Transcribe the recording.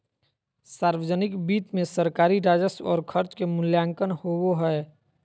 सावर्जनिक वित्त मे सरकारी राजस्व और खर्च के मूल्यांकन होवो हय